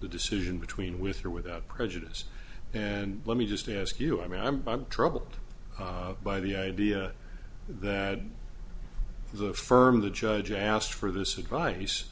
the decision between with or without prejudice and let me just ask you i mean i'm troubled by the idea that the firm the judge asked for this advice